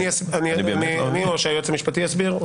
אני אסביר או היועץ המשפטי יסביר?